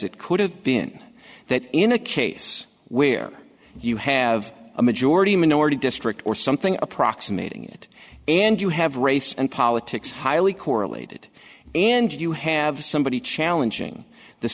it could have been that in a case where you have a majority minority district or something approximating it and you have race and politics highly correlated and you have somebody challenging the